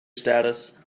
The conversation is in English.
status